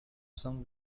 some